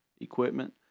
equipment